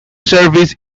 service